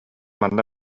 манна